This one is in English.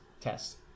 test